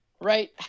right